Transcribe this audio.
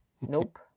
Nope